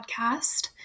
podcast